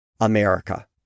America